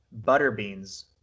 Butterbean's